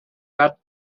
gat